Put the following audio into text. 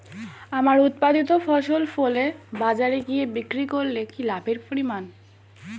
আমার উৎপাদিত ফসল ফলে বাজারে গিয়ে বিক্রি করলে কি লাভের পরিমাণ?